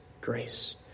grace